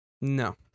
No